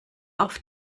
auf